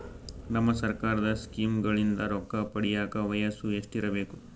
ನಮ್ಮ ಸರ್ಕಾರದ ಸ್ಕೀಮ್ಗಳಿಂದ ರೊಕ್ಕ ಪಡಿಯಕ ವಯಸ್ಸು ಎಷ್ಟಿರಬೇಕು?